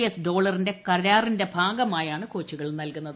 S ഡോളറിന്റെ കരാറിന്റെ ഭാഗ്ഗമായാണ് കോച്ചുകൾ നൽകുന്നത്